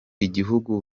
igihugu